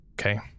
okay